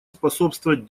способствовать